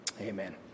amen